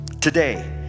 today